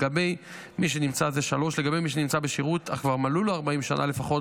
3. לגבי מי שנמצא בשירות אך כבר מלאו לו 40 שנה לפחות